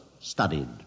studied